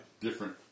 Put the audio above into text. different